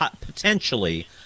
potentially